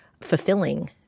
fulfilling